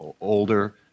older